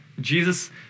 Jesus